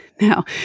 Now